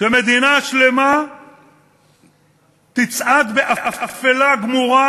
שמדינה שלמה תצעד באפלה גמורה,